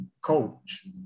coach